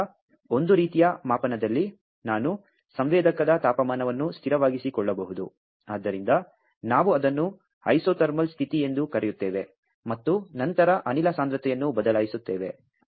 ಆದ್ದರಿಂದ ಒಂದು ರೀತಿಯ ಮಾಪನದಲ್ಲಿ ನಾನು ಸಂವೇದಕದ ತಾಪಮಾನವನ್ನು ಸ್ಥಿರವಾಗಿರಿಸಿಕೊಳ್ಳಬಹುದು ಆದ್ದರಿಂದ ನಾವು ಅದನ್ನು ಐಸೊಥರ್ಮಲ್ ಸ್ಥಿತಿ ಎಂದು ಕರೆಯುತ್ತೇವೆ ಮತ್ತು ನಂತರ ಅನಿಲ ಸಾಂದ್ರತೆಯನ್ನು ಬದಲಾಯಿಸುತ್ತೇವೆ